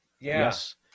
Yes